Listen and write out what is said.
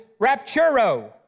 rapturo